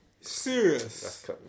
Serious